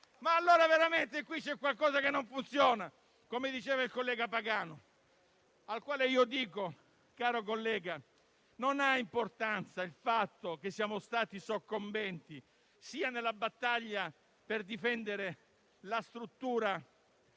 Veramente qui c'è qualcosa che non funziona, come diceva il collega Pagano. Caro collega, non ha importanza il fatto che siamo stati soccombenti sia nella battaglia per difendere la struttura